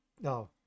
No